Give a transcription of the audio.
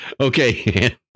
Okay